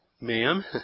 ma'am